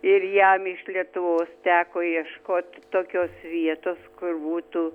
ir jam iš lietuvos teko ieškot tokios vietos kur būtų